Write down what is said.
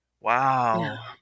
Wow